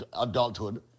adulthood